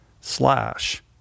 slash